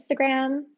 Instagram